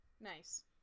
Nice